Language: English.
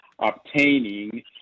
obtaining